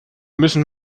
müssen